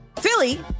Philly